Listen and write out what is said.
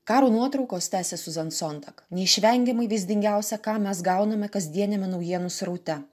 karo nuotraukos tęsė siuzan sontak neišvengiamai vaizdingiausia ką mes gauname kasdieniame naujienų sraute